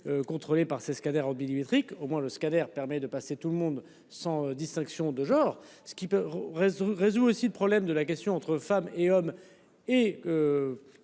Contrôlés par ces scanners millimétrique au moins le scanner permet de passer tout le monde sans distinction de genre, ce qui peut raison résout aussi le problème de la question entre femmes et hommes et.